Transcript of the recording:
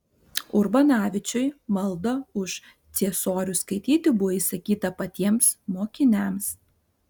urbanavičiui maldą už ciesorių skaityti buvo įsakyta patiems mokiniams